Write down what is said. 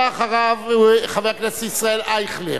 הבא אחריו, חבר הכנסת ישראל אייכלר,